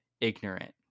ignorant